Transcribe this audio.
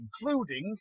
Including